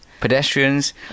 pedestrians